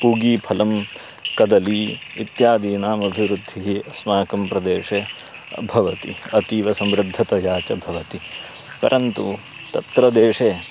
पूगीफलं कदली इत्यादीनाम् अभिवृद्धिः अस्माकं प्रदेशे भवति अतीव समृद्धतया च भवति परन्तु तत्र देशे